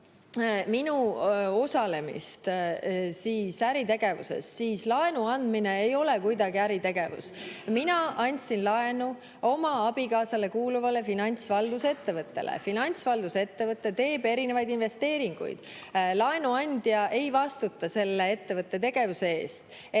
minu osalemist äritegevuses, siis laenu andmine ei ole kuidagi äritegevus. Mina andsin laenu oma abikaasale kuuluvale finantsvaldusettevõttele. Finantsvaldusettevõte teeb erinevaid investeeringuid. Laenuandja ei vastuta selle ettevõtte tegevuse eest.